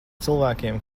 cilvēkiem